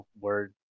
word